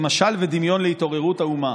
היא "משל ודמיון להתעוררות האומה".